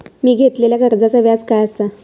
मी घेतलाल्या कर्जाचा व्याज काय आसा?